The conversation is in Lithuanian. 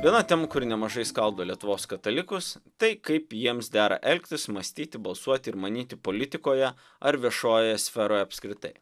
viena temų kuri nemažai skaldo lietuvos katalikus tai kaip jiems dera elgtis mąstyti balsuoti ir manyti politikoje ar viešojoje sferoje apskritai